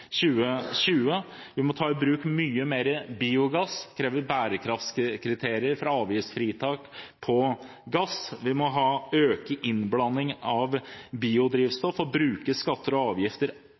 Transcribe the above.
2020. Vi må ta i bruk mye mer biogass og kreve bærekraftskriterier fra avgiftsfritak på gass. Vi må øke innblanding av biodrivstoff og bruke skatter og avgifter